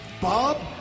Bob